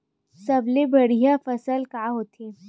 सबले बढ़िया फसल का होथे?